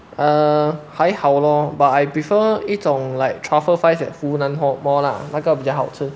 err 还好咯 but I prefer 一种 like truffle fries at funan hall mall lah 那个比较好吃